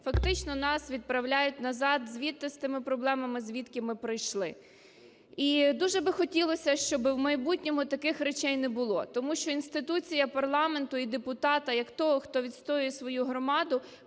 фактично нас відправляють назад звідти з тими проблемами, звідки ми прийшли. І дуже би хотілося, щоб у майбутньому таких речей не було, тому що інституція парламенту і депутата як того, хто відстоює свою громаду,